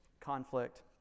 conflict